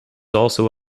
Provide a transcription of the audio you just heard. also